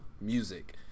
music